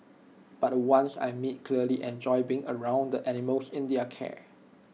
but the ones I meet clearly enjoy being around the animals in their care